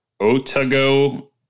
Otago